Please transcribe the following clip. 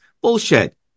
Bullshit